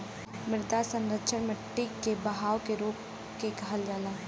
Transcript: मृदा संरक्षण मट्टी के बहाव के रोक के करल जाला